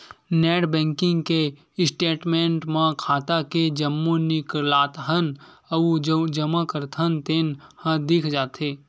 net banking के statement म खाता के जम्मो निकालथन अउ जमा करथन तेन ह दिख जाथे